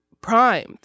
primed